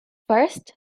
first